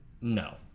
no